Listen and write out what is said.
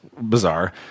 bizarre